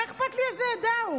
מה אכפת לי מאיזה עדה הוא?